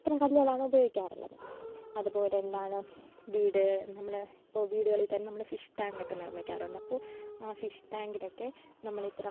ഇത്തരം കല്ലുകളാണ് ഉപയോഗിക്കാറുള്ളത് അതുപോലെ എന്താണ് വീട് നമ്മുടെ ഇപ്പോൾ വീടുകളിൽ തന്നെ നമ്മള് ഫിഷ് ടാങ്ക് ഒക്കെ നിർമിക്കാറുണ്ട് അപ്പോൾ ആ ഫിഷ് ടാങ്കിലൊക്കെ നമ്മളിത്തരം